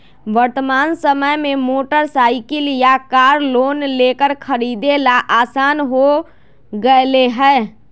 वर्तमान समय में मोटर साईकिल या कार लोन लेकर खरीदे ला आसान हो गयले है